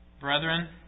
Brethren